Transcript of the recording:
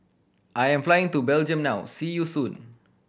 I am flying to Belgium now see you soon